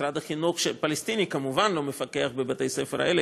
ומשרד החינוך הפלסטיני כמובן לא מפקח בבתי-הספר האלה,